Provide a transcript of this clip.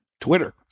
Twitter